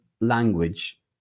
language